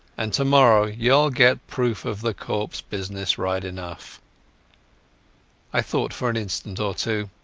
and tomorrow youall get proof of the corpse business right enough i thought for an instant or two.